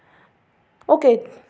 okay